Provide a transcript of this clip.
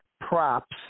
props